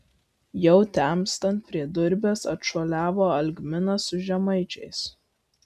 jau temstant prie durbės atšuoliavo algminas su žemaičiais